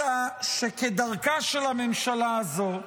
אלא שכדרכה של הממשלה הזו,